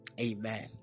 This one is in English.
Amen